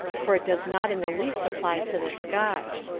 for it does not in the least apply to the scotch.